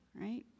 right